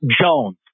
Jones